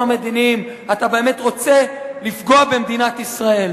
המדיניים אתה באמת רוצה לפגוע במדינת ישראל.